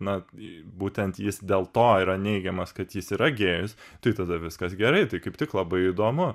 na būtent jis dėl to yra neigiamas kad jis yra gėjus tai tada viskas gerai tai kaip tik labai įdomu